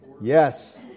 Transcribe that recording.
Yes